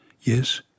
yes